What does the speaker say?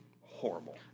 horrible